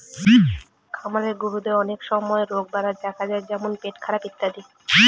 খামারের গরুদের অনেক সময় রোগবালাই দেখা যায় যেমন পেটখারাপ ইত্যাদি